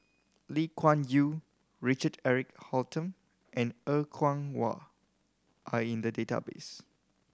Lee Kuan Yew Richard Eric Holttum and Er Kwong Wah are in the database